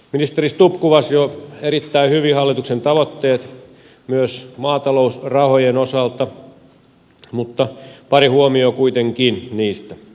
ministeri stubb kuvasi jo erittäin hyvin hallituksen tavoitteet myös maatalousrahojen osalta mutta pari huomiota kuitenkin niistä